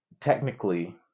technically